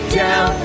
down